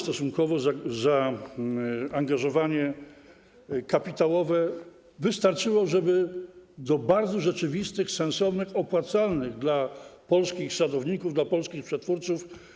Stosunkowo małe zaangażowanie kapitałowe wystarczyło, żeby do bardzo rzeczywistych, sensownych, opłacalnych dla polskich sadowników, dla polskich przetwórców.